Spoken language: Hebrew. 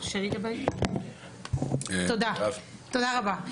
תודה רבה.